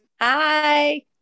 Hi